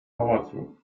pałacu